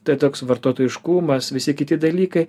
tai toks vartotojiškumas visi kiti dalykai